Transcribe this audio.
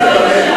הטעות שלך.